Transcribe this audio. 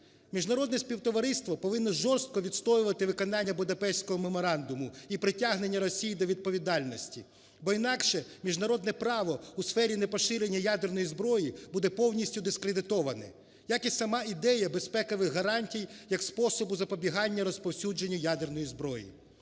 Міжнародне співтовариство повинно жорстко відстоювати виконання Будапештського меморандуму і притягнення Росії до відповідальності, бо інакше міжнародне право у сфері непоширення ядерної зброї буде повністю дискредитоване, як і сама ідея безпекових гарантій, як способу запобігання розповсюдження ядерної зброї.